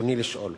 רצוני לשאול: